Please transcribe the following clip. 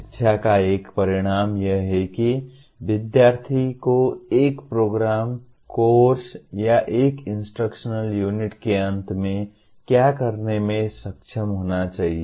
शिक्षा का एक परिणाम यह है कि विद्यार्थी को एक प्रोग्राम कोर्स या एक इंस्ट्रक्शनल यूनिट के अंत में क्या करने में सक्षम होना चाहिए